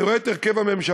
אני רואה את הרכב הממשלה,